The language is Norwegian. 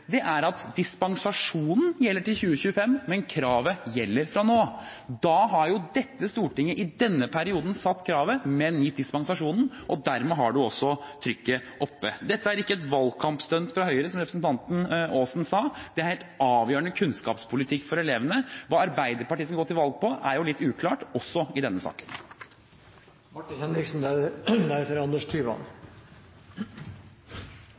er at dispensasjonen gjelder til 2025, men kravet gjelder fra nå. Da har jo dette stortinget i denne perioden satt kravet, men gitt dispensasjonen, og dermed har man også trykket oppe. Dette er ikke et valgkampstunt fra Høyre, som representanten Aasen sa, det er helt avgjørende kunnskapspolitikk for elevene. Hva Arbeiderpartiet skal gå til valg på, er jo litt uklart, også i denne